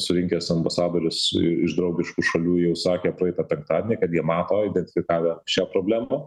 surinkęs ambasadorius iš draugiškų šalių jau sakė praeitą penktadienį kad jie mato identifikavę šią problemą